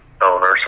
owners